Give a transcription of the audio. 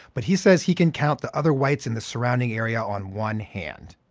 but he says he can count the other whites in the surrounding area on one hand.